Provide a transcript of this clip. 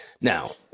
Now